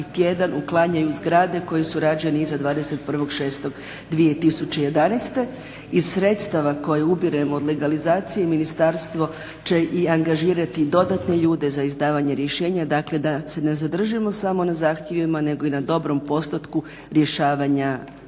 tjedan uklanjaju zgrade koje su rađene iz 21.6.2011. iz sredstava koja ubiremo od legalizacije ministarstvo će i angažirati dodatne ljude za izdavanje rješenja dakle da se ne zadržimo samo na zahtjevima nego i na dobrom postotku rješavanja